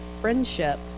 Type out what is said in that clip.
friendship